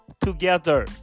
together